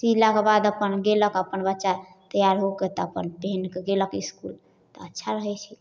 सिलाके बाद अपन गेलक अपन बच्चा तैआर होके तऽ अपन पहिनके गेलक इसकुल तऽ अच्छा रहै छै